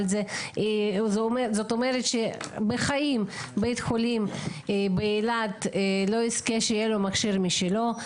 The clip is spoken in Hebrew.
אבל זה אומר שבחיים בית חולים באילת לא יזכה שיהיה לו מכשיר משלו,